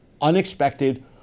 unexpected